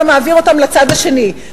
אתה מעביר אותם לצד השני.